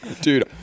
Dude